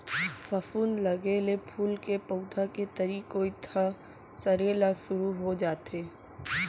फफूंद लगे ले फूल के पउधा के तरी कोइत ह सरे ल सुरू हो जाथे